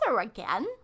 again